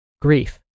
Grief